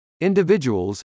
individuals